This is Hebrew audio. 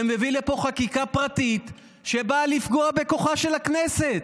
ומביא לפה חקיקה פרטית שבאה לפגוע בכוחה של הכנסת.